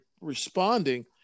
responding